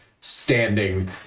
standing